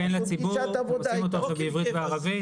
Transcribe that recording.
לציבור, עושים אותו עכשיו בעברית וערבית.